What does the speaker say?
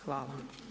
Hvala.